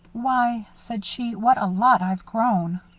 why, said she, what a lot i've grown!